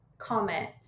comment